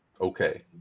Okay